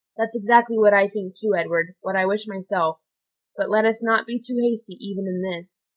that's exactly what i think too, edward what i wish myself but let us not be too hasty even in this.